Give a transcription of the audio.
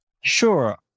Sure